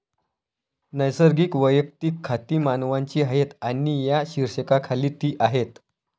नैसर्गिक वैयक्तिक खाती मानवांची आहेत आणि या शीर्षकाखाली ती आहेत